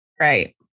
right